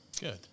Good